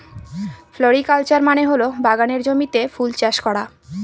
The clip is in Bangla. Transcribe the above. ফ্লোরিকালচার মানে হল বাগানের জমিতে ফুল চাষ করা